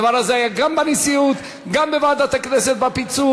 הדבר הזה היה גם בנשיאות, גם בוועדת הכנסת בפיצול,